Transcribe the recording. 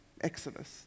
Exodus